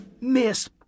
Miss